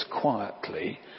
quietly